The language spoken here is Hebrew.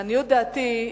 לעניות דעתי,